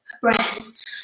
brands